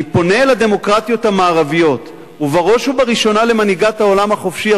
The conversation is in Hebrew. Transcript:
אני פונה אל הדמוקרטיות המערביות ובראש ובראשונה למנהיגת העולם החופשי,